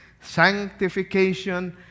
Sanctification